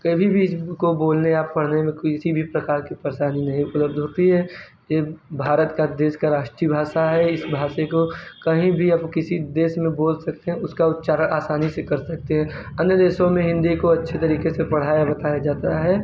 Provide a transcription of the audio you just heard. कभी भी इसको बोलने या पढ़ने में किसी भी प्रकार की परेशानी नहीं उपलब्ध होती है यह भारत का देश का राष्ट्रीय भाषा है इस भाषा को कहीं भी आप किसी देश में बोल सकते हैं उसका उच्चारण आसानी से कर सकते हैं अन्य देशों में हिंदी को अच्छे तरीके से पढ़ाया बताया जाता है